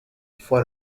for